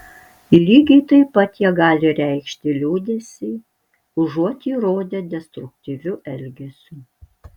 lygiai taip pat jie gali reikšti liūdesį užuot jį rodę destruktyviu elgesiu